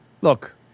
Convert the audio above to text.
Look